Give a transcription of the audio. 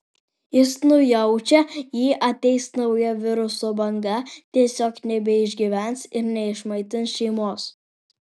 jis nujaučia jei ateis nauja viruso banga tiesiog nebeišgyvens ir neišmaitins šeimos